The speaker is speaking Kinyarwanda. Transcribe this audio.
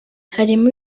harimo